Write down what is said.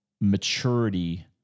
maturity